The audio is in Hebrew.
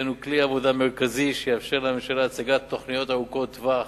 שכן הוא כלי עבודה מרכזי שיאפשר לממשלה להציג תוכניות ארוכות טווח,